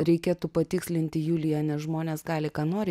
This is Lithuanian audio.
reikėtų patikslinti julija nes žmonės gali ką nori